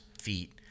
feet